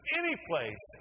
anyplace